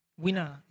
winner